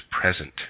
present